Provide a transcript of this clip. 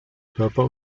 körper